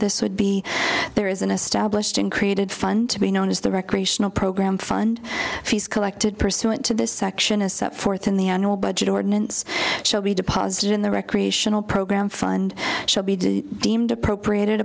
this would be there is an established uncreated fund to be known as the recreational program fund fees collected pursuant to this section as set forth in the annual budget ordinance shall be deposited in the recreational program fund shall be deemed appropriated